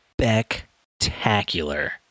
spectacular